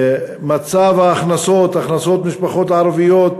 מצב ההכנסות, הכנסות המשפחות הערביות,